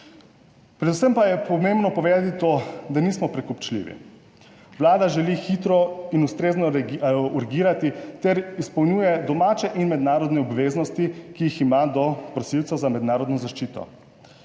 Predvsem pa je pomembno povedati to, da nismo prekupčljivi. Vlada želi hitro in ustrezno urgirati ter izpolnjuje domače in mednarodne obveznosti, ki jih ima do prosilcev za mednarodno zaščito.